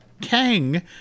Kang